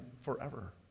forever